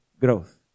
growth